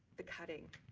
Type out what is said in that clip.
the cutting,